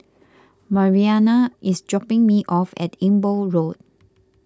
Mariana is dropping me off at Amber Road